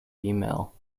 email